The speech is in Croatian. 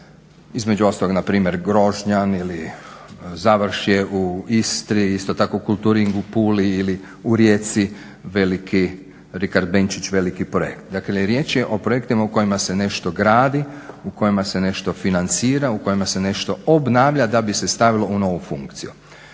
između ostalog npr. Grožnjan ili Završje u Istri isto tako kulturing u Puli ili u Rijeci veliki projekt. Dakle, riječ je o projektima u kojima se nešto gradi, u kojima se nešto financira, u kojima se nešto obnavlja da bi se stavilo u novu funkciju.